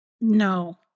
No